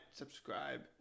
subscribe